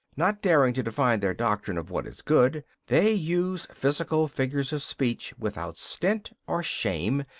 not daring to define their doctrine of what is good, they use physical figures of speech without stint or shame,